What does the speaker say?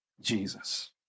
Jesus